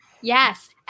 Yes